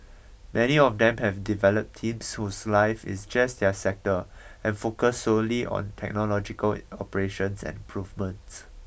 many of them have developed teams whose life is just their sector and focus solely on technological operations and improvements